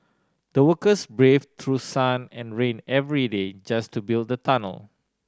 the workers braved through sun and rain every day just to build the tunnel